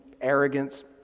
arrogance